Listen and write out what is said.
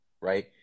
right